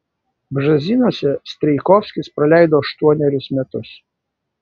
bžezinuose strijkovskis praleido aštuonerius metus